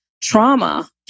trauma